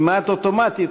כמעט אוטומטית,